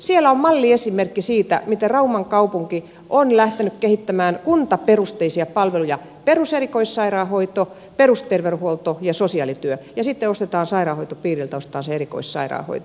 siellä on malliesimerkki siitä miten rauman kaupunki on lähtenyt kehittämään kuntaperusteisia palveluja peruserikoissairaanhoito perusterveydenhuolto ja sosiaalityö ja sitten ostetaan sairaanhoitopiiriltä se erikoissairaanhoito